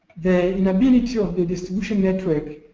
the inability of the distribution network,